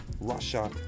Russia